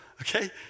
okay